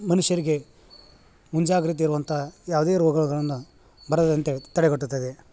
ಮನುಷ್ಯರಿಗೆ ಮುಂಜಾಗ್ರತೆ ಇರುವಂಥ ಯಾವುದೇ ರೋಗಗಳನ್ನು ಬರದಂತೆ ತಡೆಗಟ್ಟುತ್ತದೆ